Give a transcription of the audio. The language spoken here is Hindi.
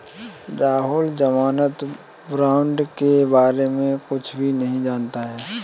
राहुल ज़मानत बॉण्ड के बारे में कुछ भी नहीं जानता है